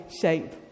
shape